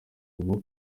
ubu